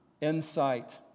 insight